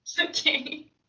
Okay